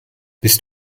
bist